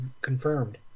confirmed